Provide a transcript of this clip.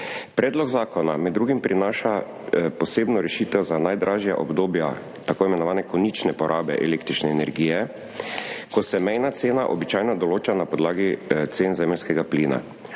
Predlog zakona med drugim prinaša posebno rešitev za najdražja obdobja tako imenovane konične porabe električne energije, ko se mejna cena običajno določa na podlagi cen zemeljskega plina.